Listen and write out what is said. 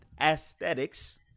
aesthetics